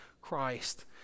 Christ